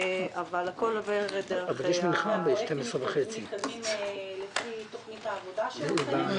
הפרויקטים מתקדמים לפי תוכנית העבודה שלכם?